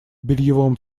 бельевом